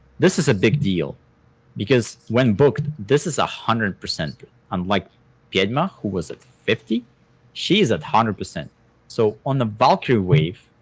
this is a big deal because when booked, this is a hundred percent unlike pyedma, who was at fifty she is at one hundred percent so on the valkyrie wave,